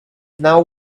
now